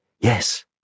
Yes